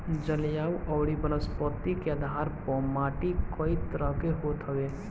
जलवायु अउरी वनस्पति के आधार पअ माटी कई तरह के होत हवे